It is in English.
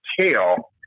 tail